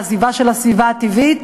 עזיבה של הסביבה הטבעית,